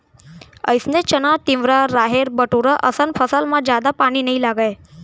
अइसने चना, तिंवरा, राहेर, बटूरा असन फसल म जादा पानी नइ लागय